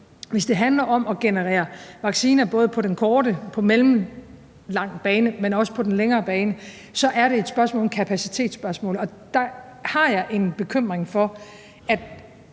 hvis det handler om at generere vacciner på den korte, den mellemlange bane, men også på den længere bane, et kapacitetsspørgsmål. Der har jeg en bekymring for, at